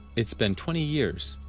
it's been twenty years,